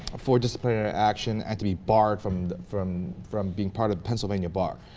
for display a action anti barred from the from from being part of canceling a bar